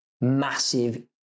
massive